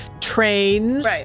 trains